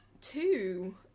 two